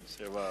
יש לך שבע דקות,